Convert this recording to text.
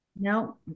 No